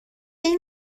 این